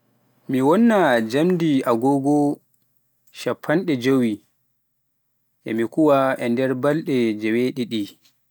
mi wonna njamdi agogo shappanɗe jeewi e mi kuuwaa. E nder banɗe jeewee ɗiɗi